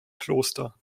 kloster